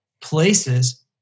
places